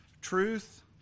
truth